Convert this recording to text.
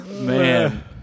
Man